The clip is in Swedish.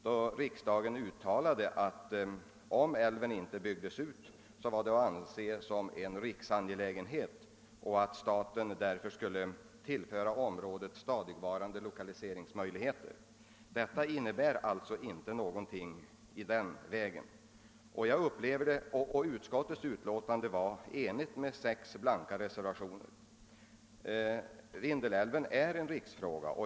Då uttalade riksdagen att, om älven inte byggdes ut, så var det att anse som en riksangelägenhet och därför skulle staten tillföra området stadigvarande lokaliseringsobjekt som kompensation. Svaret innehåller inte någonting i den vägen. Utskottsutlåtandet, som låg till grund för beslutet, var enigt med sex blanka reservationer. Vindelälvens utbyggnad är en riksfråga.